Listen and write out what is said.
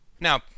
Now